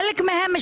חלק מהן,